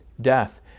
death